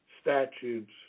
statutes